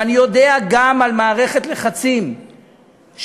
ואני יודע גם על מערכת לחצים שהופעלה,